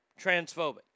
transphobic